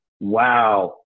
wow